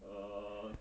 err